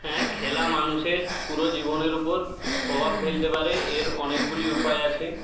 হ্যাঁ খেলা মানুষের পুরো জীবনের উপর প্রভাব ফেলতে পারে এর অনেকগুলি উপায় আছে